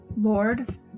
Lord